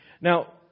Now